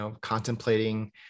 contemplating